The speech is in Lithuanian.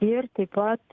ir taip pat